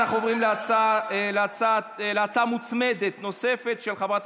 אנחנו עוברים להצעה מוצמדת נוספת של חברת